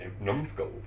numbskulls